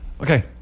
Okay